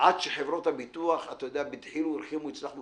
עד שחברות הביטוח בדחילו ורחימו הצלחנו